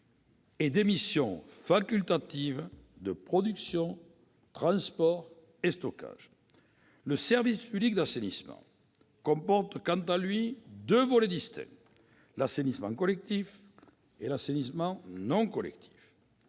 et des missions facultatives de production, de transport et de stockage. Le service public d'assainissement comporte, quant à lui, deux volets distincts : l'assainissement collectif et l'assainissement non collectif.